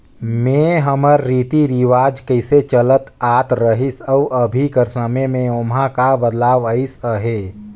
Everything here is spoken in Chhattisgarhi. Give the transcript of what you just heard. में हमर रीति रिवाज कइसे चलत आत रहिस अउ अभीं कर समे में ओम्हां का बदलाव अइस अहे